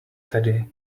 teddy